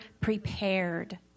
prepared